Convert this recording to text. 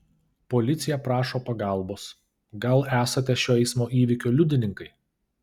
policija prašo pagalbos gal esate šio eismo įvykio liudininkai